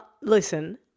Listen